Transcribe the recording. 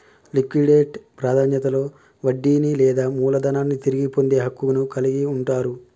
liquidate ప్రాధాన్యతలో వడ్డీని లేదా మూలధనాన్ని తిరిగి పొందే హక్కును కలిగి ఉంటరు